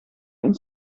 een